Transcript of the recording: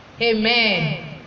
amen